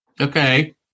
Okay